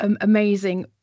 amazing